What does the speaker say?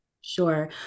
Sure